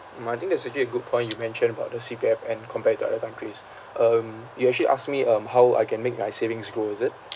mm I think that's actually a good point you mentioned about the C_P_F and compared to other countries um you actually asked me um how I can make my savings goal is it